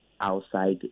outside